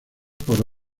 por